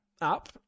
up